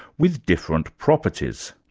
with different properties.